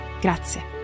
Grazie